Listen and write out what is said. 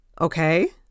Okay